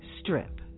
Strip